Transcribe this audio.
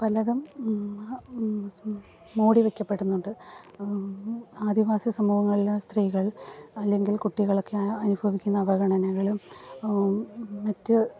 പലതും മ മൂടിവയ്ക്കപ്പെടുന്നുണ്ട് ആദിവാസി സമൂഹങ്ങളിലെ സ്ത്രീകൾ അല്ലെങ്കിൽ കുട്ടികളൊക്കെ അനുഭവിക്കുന്ന അവഗണനകളും മറ്റ്